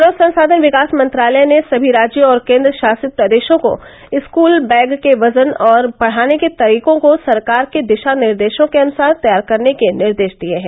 मानव संसाधन विकास मंत्रालय ने सभी राज्यों और केन्द्र शासित प्रदेशों को स्कूल बैग के वजन और पढ़ाने के तरीकों को सरकार के दिशा निर्देशों के अनुसार तैयार करने के निर्देश दिये हैं